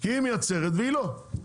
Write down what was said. כי היא מייצרת והיא לא.